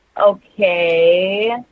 Okay